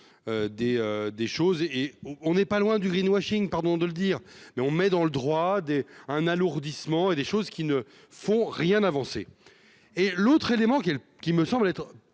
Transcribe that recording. des choses et. Bon, on n'est pas loin du greenwashing, pardon de le dire, mais on met dans le droit des un alourdissement et des choses qui ne font rien avancer et l'autre élément qui qui me semble être